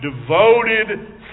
devoted